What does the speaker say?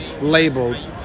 labeled